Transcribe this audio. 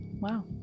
wow